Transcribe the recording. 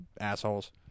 Assholes